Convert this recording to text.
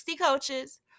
coaches